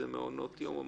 אם זה מעונות יום,